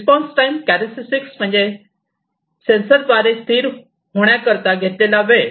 response time characteristics म्हणजे सेन्सरद्वारे स्थिर होण्याकरता घेतलेला वेळ